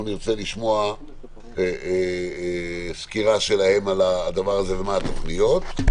לשמוע סקירה שלהם על הדבר הזה ומה התוכניות.